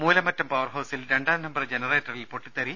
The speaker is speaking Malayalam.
മൂലമറ്റും പവ്വർ ഹൌസിൽ രണ്ടാം നമ്പർ ജനറേറ്ററിൽ പൊട്ടിത്തെറി